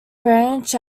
branch